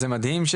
זה מדהים,